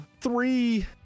three